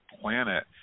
planet